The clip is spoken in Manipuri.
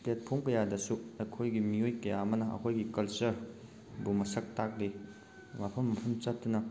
ꯄ꯭ꯂꯦꯠꯐꯣꯝ ꯀꯌꯥꯗꯁꯨ ꯑꯩꯈꯣꯏꯒꯤ ꯃꯤꯑꯣꯏ ꯀꯌꯥ ꯑꯃꯅ ꯑꯩꯈꯣꯏꯒꯤ ꯀꯜꯆꯔꯕꯨ ꯃꯁꯛ ꯇꯥꯛꯂꯤ ꯃꯐꯝ ꯃꯐꯝ ꯆꯠꯇꯨꯅ